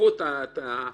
שרפו את...